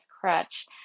crutch